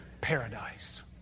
paradise